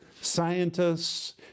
scientists